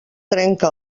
trenca